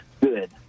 good